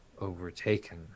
overtaken